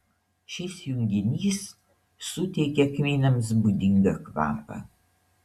šis junginys suteikia kmynams būdingą kvapą